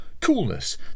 coolness